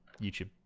YouTube